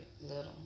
little